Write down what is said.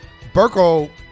Burko